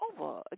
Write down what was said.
over